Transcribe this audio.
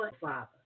Father